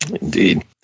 Indeed